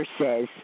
says